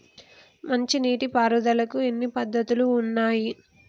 మంచి నీటి పారుదలకి ఎన్ని పద్దతులు ఉన్నాయి?